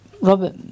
Robert